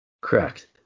Correct